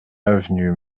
avenue